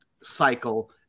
cycle